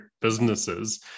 businesses